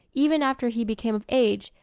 even after he became of age,